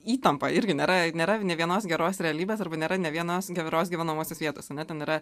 įtampą irgi nėra nėra nė vienos geros realybės arba nėra nė vienos geros gyvenamosios vietos ane ten yra